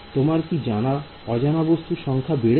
তোমার কি অজানা বস্তুর সংখ্যা বাড়ছে